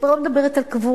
אני כבר לא מדברת על קבורה,